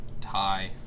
tie